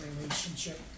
relationship